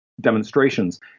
demonstrations